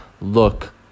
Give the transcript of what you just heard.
look